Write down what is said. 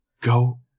Go